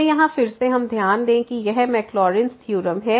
तो यहाँ फिर से हम ध्यान दें कि यह मैकलॉरिन थ्योरम है